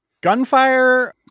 Gunfire